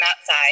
outside